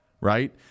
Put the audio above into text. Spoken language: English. right